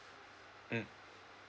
mm